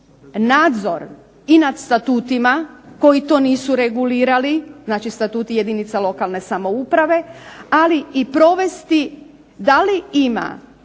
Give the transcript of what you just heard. nadzor i nad statutima koji to nisu regulirali, znači statuti jedinica lokalne samouprave, ali i provesti da li ima